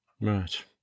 Right